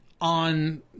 on